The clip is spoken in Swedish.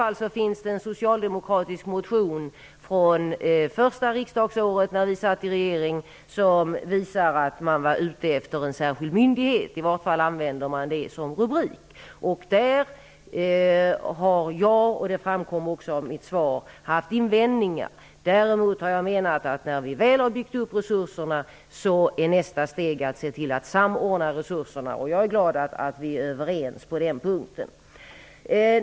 I vart fall finns det en socialdemokratisk motion från det första riksdagsåret när vi satt i regeringsställning. Den visade att man var ute efter en särskild myndighet. I vart fall använde man detta som rubrik. Mot detta har jag, vilket också framgår av mitt svar, haft invändningar. Däremot menar jag att när resurserna väl har byggts upp, blir nästa steg att se till att resurserna samordnas. Jag är glad att vi är överens på den punkten.